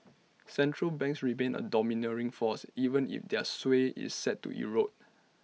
central banks remain A domineering force even if their sway is set to erode